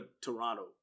Toronto